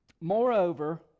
Moreover